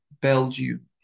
Belgium